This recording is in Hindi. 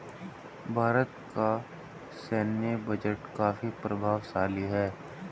भारत का सैन्य बजट काफी प्रभावशाली है